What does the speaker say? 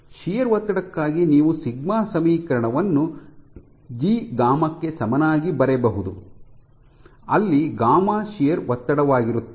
shear ಒತ್ತಡಕ್ಕಾಗಿ ನೀವು sigma ಸಮೀಕರಣವನ್ನು ಜಿ ಗಾಮಾ ಕ್ಕೆ ಸಮನಾಗಿ ಬರೆಯಬಹುದು ಅಲ್ಲಿ ಗಾಮಾ ಶಿಯರ್ ಒತ್ತಡವಾಗಿರುತ್ತದೆ